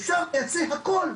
אפשר לייצא הכל.